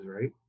right